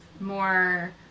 more